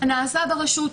נעשה ברשות,